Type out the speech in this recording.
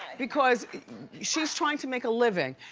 because she's trying to make a living,